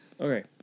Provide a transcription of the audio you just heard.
Okay